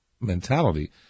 mentality